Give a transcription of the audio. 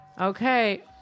Okay